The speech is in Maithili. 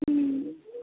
हूँ